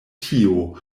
tio